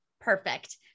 Perfect